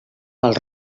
pel